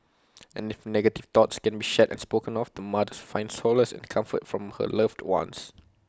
and if negative thoughts can be shared and spoken of the mother finds solace and comfort from her loved ones